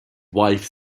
wife